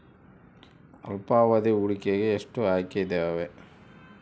ಅಲ್ಪಾವಧಿ ಹೂಡಿಕೆಗೆ ಎಷ್ಟು ಆಯ್ಕೆ ಇದಾವೇ?